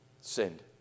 sinned